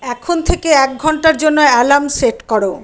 এখন থেকে এক ঘন্টার জন্য অ্যালার্ম সেট করো